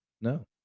No